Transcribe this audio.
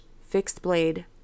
fixed-blade